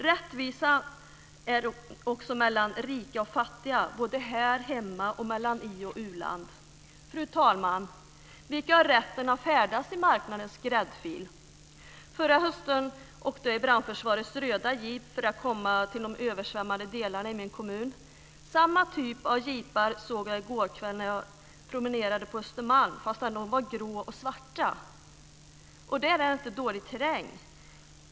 Det ska vara rättvisa både här hemma och mellan i och u-land. Fru talman! Vilka har rätten att färdas i marknadens gräddfil? Förra hösten åkte jag i Brandförsvarets röda jeep för att komma till de översvämmade delarna i min kommun. Samma typ av jeepar såg jag i går kväll när jag promenerade på Östermalm, fast de var grå och svarta. Där är det inte dålig terräng.